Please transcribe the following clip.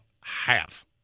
half